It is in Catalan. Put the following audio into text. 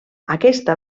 aquesta